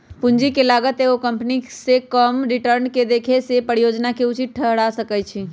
पूंजी के लागत एगो कंपनी के कम से कम रिटर्न के देखबै छै जे परिजोजना के उचित ठहरा सकइ